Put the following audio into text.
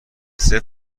صفر